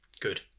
Good